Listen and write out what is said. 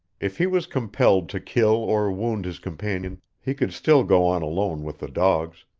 if he was compelled to kill or wound his companion he could still go on alone with the dogs,